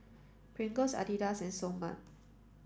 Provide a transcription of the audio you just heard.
Pringles Adidas and Seoul Mart